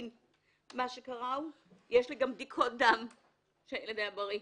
יש בידי גם בדיקות דם שמראות שהילד היה בריא.